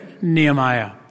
Nehemiah